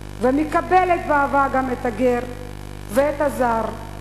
ומקבלת באהבה גם את הגר ואת הזר,